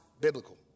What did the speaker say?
biblical